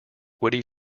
woody